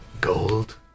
gold